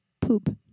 poop